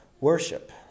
worship